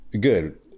good